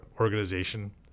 organization